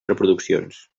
reproduccions